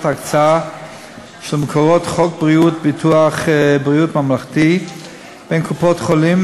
ההקצאה של מקורות חוק ביטוח בריאות ממלכתי בין קופות-חולים,